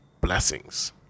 Blessings